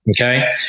okay